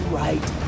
right